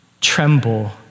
tremble